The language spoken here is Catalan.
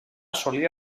assolí